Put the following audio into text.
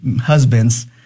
husbands